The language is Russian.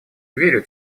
верю